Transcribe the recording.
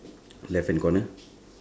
left hand corner